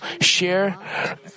share